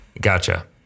Gotcha